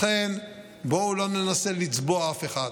לכן, בואו לא ננסה לצבוע אף אחד.